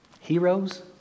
Heroes